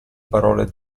parole